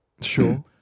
Sure